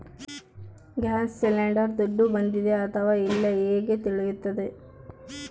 Gas cylinder ದುಡ್ಡು ಬಂದಿದೆ ಅಥವಾ ಇಲ್ಲ ಹೇಗೆ ತಿಳಿಯುತ್ತದೆ?